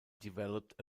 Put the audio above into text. developed